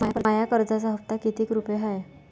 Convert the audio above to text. माया कर्जाचा हप्ता कितीक रुपये हाय?